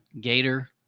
Gator